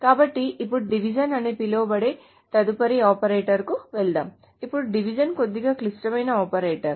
కాబట్టి ఇప్పుడు డివిజన్ అని పిలువబడే తదుపరి ఆపరేటర్కు వెళ్దాం ఇప్పుడు డివిజన్ కొద్దిగా క్లిష్టమైన ఆపరేటర్